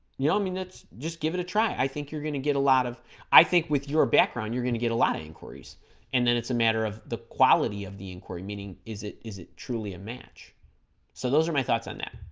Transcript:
yeah ah mean that's just give it a try i think you're gonna get a lot of i think with your background you're gonna get a lot of inquiries and then it's a matter of the quality of the inquiry meaning is it is it truly a match so those are my thoughts on that